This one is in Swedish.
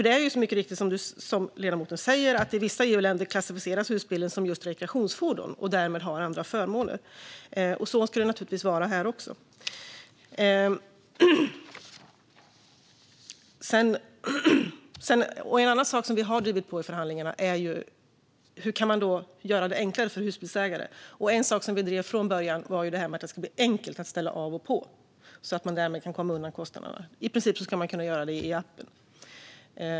Det är mycket riktigt som ledamoten säger; i vissa EU-länder klassificeras husbilen som just rekreationsfordon och har därmed andra förmåner. Så ska det naturligtvis vara här också. En annan sak som vi har drivit på för i förhandlingar är att göra det enklare för husbilsägare. En sak som vi drev från början är att det ska bli enkelt att ställa av och på, så att man därmed kan komma undan kostnaderna. Man ska i princip kunna göra det i appen.